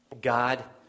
God